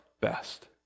best